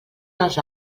els